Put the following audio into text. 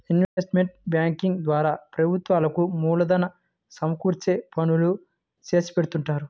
investment banking ద్వారా ప్రభుత్వాలకు మూలధనం సమకూర్చే పనులు చేసిపెడుతుంటారు